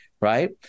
right